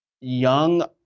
young